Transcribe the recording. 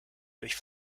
durch